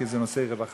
כי זה נושא רווחה,